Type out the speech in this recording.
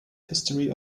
history